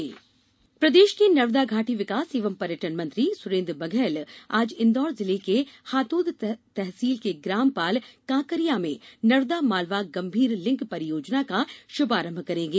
परियोजना शुभारंभ प्रदेष के नर्मदा घाटी विकास एवं पर्यटन मंत्री सुरेन्द्र बघेल आज इंदौर जिले की हातोद तहसील के ग्राम पाल कांकरिया में नर्मदा मालवा गंभीर लिंक परियोजना का षुभारंभ करेंगे